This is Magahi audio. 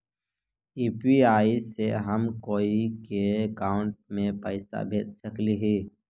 यु.पी.आई से हम कोई के अकाउंट में पैसा भेज सकली ही?